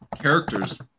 characters